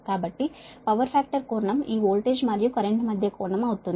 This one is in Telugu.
కాబట్టి పవర్ ఫ్యాక్టర్ కోణం ఈ వోల్టేజ్ మరియు కరెంట్ మధ్య కోణం అవుతుంది